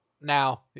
now